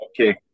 Okay